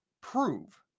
prove